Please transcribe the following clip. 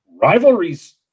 rivalries